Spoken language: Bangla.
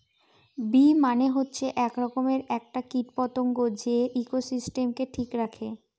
বী মানে হচ্ছে এক রকমের একটা কীট পতঙ্গ যে ইকোসিস্টেমকে ঠিক রাখে